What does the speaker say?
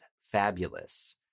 fabulous